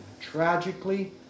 tragically